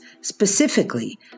specifically